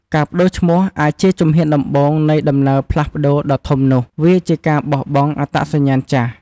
ការប្ដូរឈ្មោះអាចជាជំហានដំបូងនៃដំណើរផ្លាស់ប្ដូរដ៏ធំនោះ វាជាការបោះបង់អត្តសញ្ញាណចាស់។